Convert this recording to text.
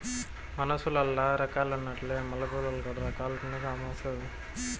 మనుసులల్ల రకాలున్నట్లే మల్లెపూలల్ల కూడా రకాలుండాయి గామోసు